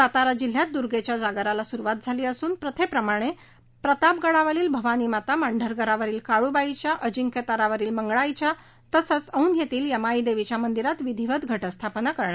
सातारा जिल्ह्यात द्रोच्या जागरास सुरुवात झाली असून प्रथेप्रमाणे प्रतापगडावरील भवानी माते मांढरगडावरील काळूबाईच्या अजिंक्यताऱ्यावरील मंगळाईच्या तसेच औंध येथील यमाईदेवीच्या मंदिरात विधीवत घटस्थापणा करण्यात आली